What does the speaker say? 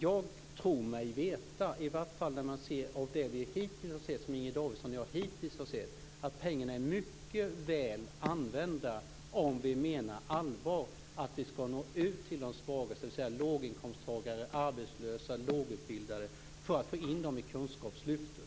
Jag tror mig veta, åtminstone av det som Inger Davidson och jag hittills har sett, att pengarna är mycket väl använda om vi menar allvar med att vi skall nå ut till de svagaste, dvs. till låginkomsttagare, arbetslösa och lågutbildade, för att få in dessa i kunskapslyftet.